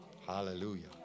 Hallelujah